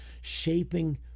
shaping